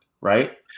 right